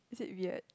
is it weird